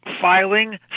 filing